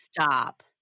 Stop